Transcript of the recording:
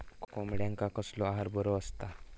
कोंबड्यांका कसलो आहार बरो असता?